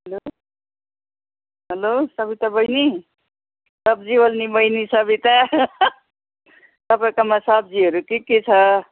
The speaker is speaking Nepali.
हेलो हेलो सबिता बहिनी सब्जीवलनी बहिनी सबिता तपाईँकोमा सब्जीहरू के के छ